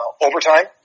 overtime